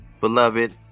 Beloved